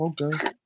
Okay